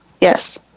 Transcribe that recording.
yes